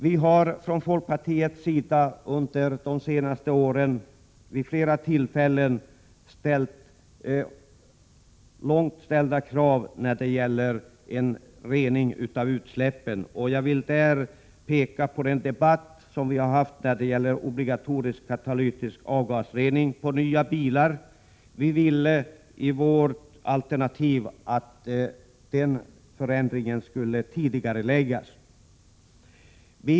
Vi har från folkpartiets sida under de senaste åren vid flera tillfällen framfört högt ställda krav när det gäller rening av utsläpp, och jag vill där peka på den debatt som har förts om obligatorisk katalytisk avgasrening på nya bilar. Vi ville i vårt alternativ att denna förändring skulle tidigareläggas.